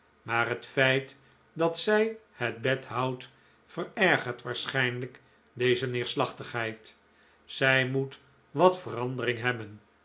maar het feit dat zij het bed houdt verergert waarschijnlijk deze neerslachtigheid zij moet wat verandering hebben